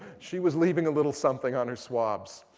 she was leaving a little something on her swabs.